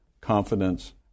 confidence